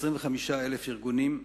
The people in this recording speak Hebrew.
כ-25,000 ארגונים,